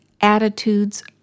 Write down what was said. attitudes